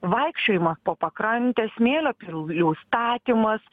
vaikščiojimas po pakrantę smėlio pilių statymas